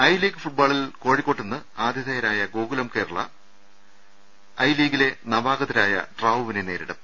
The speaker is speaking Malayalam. ഐ ലീഗ് ഫുട്ബാളിൽ ക്കോഴിക്കോട്ട് ഇന്ന് ആതിഥേയരായ ഗോകുലം കേരള ഐ ലീഗീലെ നവാഗതരായ ട്രാവുവിനെ നേരിടും